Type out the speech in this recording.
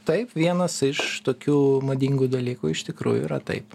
taip vienas iš tokių madingų dalykų iš tikrųjų yra taip